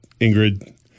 Ingrid